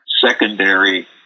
secondary